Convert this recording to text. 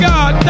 God